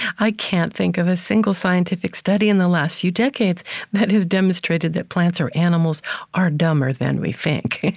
i can't think of a single scientific study in the last few decades that has demonstrated that plants or animals are dumber than we think.